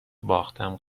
باختم